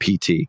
PT